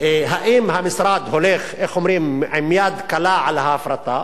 האם המשרד הולך עם יד קלה על ההפרטה,